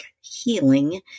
healing